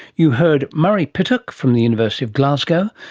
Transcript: you heard murray pittock from the university of glasgow,